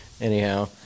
Anyhow